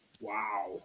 Wow